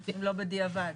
אם לא בדיעבד.